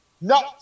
No